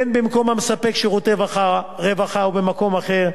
בין במקום המספק שירותי רווחה או במקום אחר,